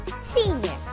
Senior